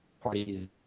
party